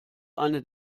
eine